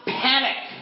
panic